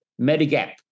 Medigap